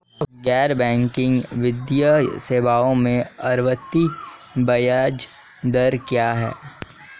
गैर बैंकिंग वित्तीय सेवाओं में आवर्ती ब्याज दर क्या है?